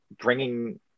bringing